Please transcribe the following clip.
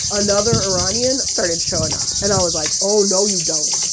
another iranian started showing up. and i was like, oh, no, you don't.